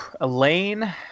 Elaine